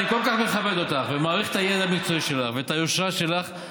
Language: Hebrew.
אני כל כך מכבד אותך ומעריך את הידע המקצועי שלך ואת היושרה שלך.